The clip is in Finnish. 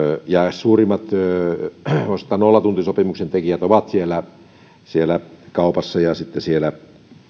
suurimmat voi sanoa nollatuntisopimusten tekijät ovat kaupassa ja sitten